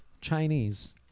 Chinese